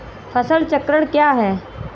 फसल चक्रण क्या है?